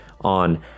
on